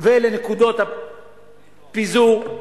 ולנקודות הפיזור,